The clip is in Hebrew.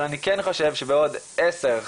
אבל אני כן חושב שבעוד עשר,